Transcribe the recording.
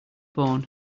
bone